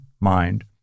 mind